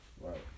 Right